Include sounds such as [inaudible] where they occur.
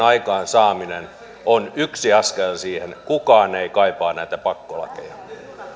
[unintelligible] aikaansaaminen on yksi askel siihen kukaan ei kaipaa näitä pakkolakeja